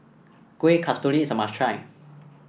Kuih Kasturi is a must try